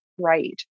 right